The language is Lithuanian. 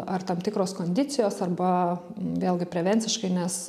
ar tam tikros kondicijos arba vėlgi prevenciškai nes